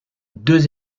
deux